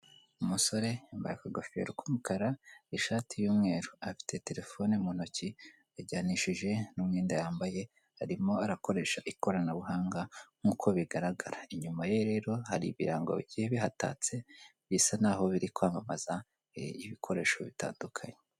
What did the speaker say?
Umusore yambaye akagofero k'umukara n'ishati y'umweru, afite terefone mu ntoki, yajyanishije n'umwenda yambaye, arimo arakoresha ikoranabuhanga nkuko bigaragara. Inyuma ye rero hari ibirango bigiye bihatatse, bisa naho biri kwamamaza ibikoresho bitandukanye.